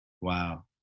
Wow